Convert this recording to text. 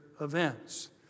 events